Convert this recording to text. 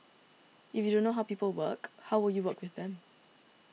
if you don't know how people work how will you work with them